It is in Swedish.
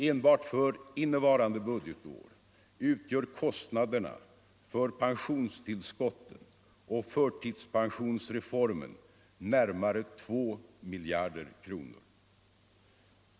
Enbart för innevarande budgetår utgör kostnaderna för pensionstillskotten och förtidspensionsreformen närmare 2 miljarder kronor.